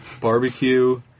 Barbecue